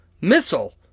missile